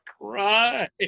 cry